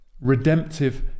Redemptive